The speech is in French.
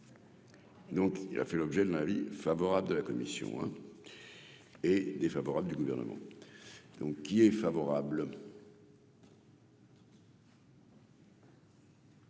Donc il a fait l'objet d'un avis favorable de la commission est défavorable du gouvernement, donc il est favorable.